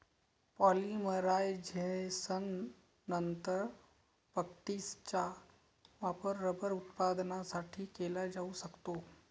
पॉलिमरायझेशननंतर, फॅक्टिसचा वापर रबर उत्पादनासाठी केला जाऊ शकतो